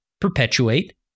perpetuate